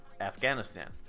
Afghanistan